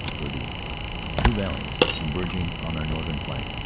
were these two valleys con verging on our northern flank,